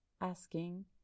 asking